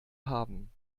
haben